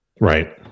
Right